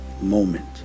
moment